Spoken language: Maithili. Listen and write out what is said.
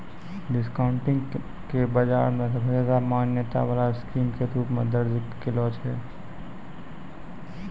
डिस्काउंटिंग के बाजार मे सबसे ज्यादा मान्यता वाला स्कीम के रूप मे दर्ज कैलो छै